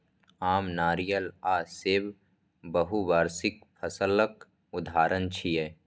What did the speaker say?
आम, नारियल आ सेब बहुवार्षिक फसलक उदाहरण छियै